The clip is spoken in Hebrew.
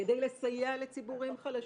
כדי לסייע לציבורים חלשים,